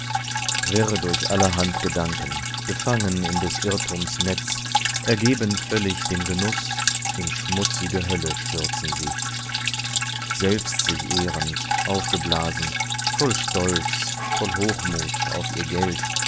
wirr durch allerhand gedanken gefangen in des irrtums netz ergeben völlig dem genuß in schmutz'ge hölle stürzen sie selbst sich ehrend aufgeblasen voll stolz voll hochmut auf ihr geld